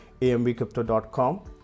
ambcrypto.com